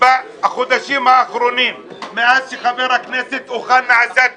בחודשים האחרונים מאז שחבר הכנסת אוחנה עשה את